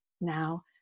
Now